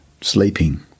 sleeping